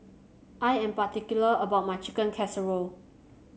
I am particular about my Chicken Casserole